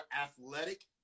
athletic